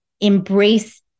embrace